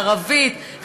ערבית,